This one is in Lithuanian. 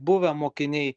buvę mokiniai